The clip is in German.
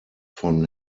von